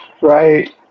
Right